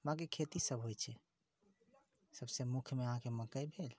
बांँकि खेती सभ होइ छै एतऽ सबसे मुख्यमे अहाँकेँ मकइ भेल